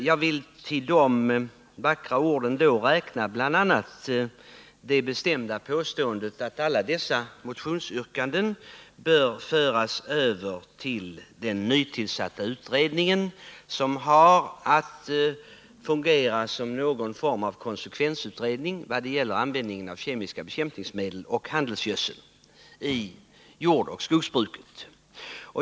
Jag vill till de vackra orden då räkna bl.a. det bestämda påståendet att alla dessa motionsyrkanden bör föras över till den nytillsatta utredning som har att fungera såsom någon form av konsekvensutredning vad gäller användningen av kemiska bekämpningsmedel och handelsgödsel i jordoch skogsbruket.